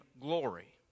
glory